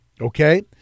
Okay